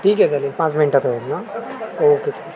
ठीक आहे चालेल पाच मिनटात होईल ना ओके च